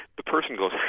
the person goes,